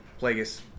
Plagueis